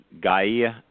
Gaia